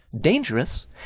Dangerous